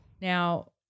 Now